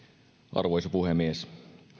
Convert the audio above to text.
arvoisa puhemies